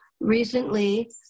Recently